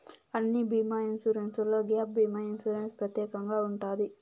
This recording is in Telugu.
అన్ని బీమా ఇన్సూరెన్స్లో గ్యాప్ భీమా ఇన్సూరెన్స్ ప్రత్యేకంగా ఉంటది